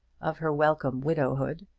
of her welcome widowhood,